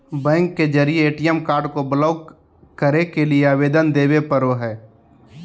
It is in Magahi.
बैंक के जरिए ए.टी.एम कार्ड को ब्लॉक करे के लिए आवेदन देबे पड़ो हइ